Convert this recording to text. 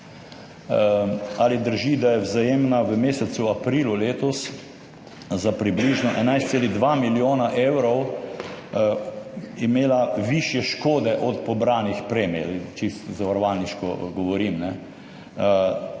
Ali drži, da je Vzajemna v mesecu aprilu letos za približno 1,2 milijona evrov imela višje škode od pobranih premij? Čisto zavarovalniško govorim.